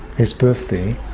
his birthday,